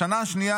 בשנה השנייה,